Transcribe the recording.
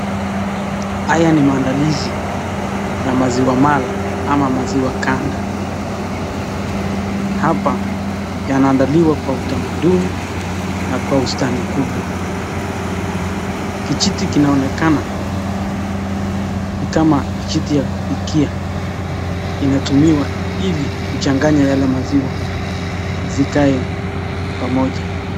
Haya ni maandalizi ya maziwa mala, ama maziwa kanda. Hapa yanaandaliwa kwa utamaduni na kwa ustani kubwa. Kijiti kinaonekana ni kama kijiti ya kupikia, inatumiwa ili kuchanganya yale maziwa zikae pamoja.